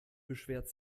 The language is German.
beschwert